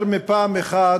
יותר מפעם אחת,